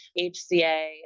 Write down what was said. HCA